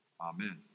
Amen